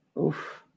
Oof